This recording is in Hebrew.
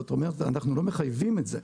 זאת אומרת, אנחנו לא מחייבים את זה.